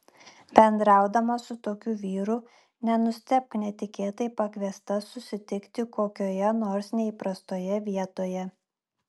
bendraudama su tokiu vyru nenustebk netikėtai pakviesta susitikti kokioje nors neįprastoje vietoje